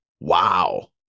wow